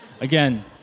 again